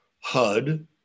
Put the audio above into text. HUD